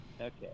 Okay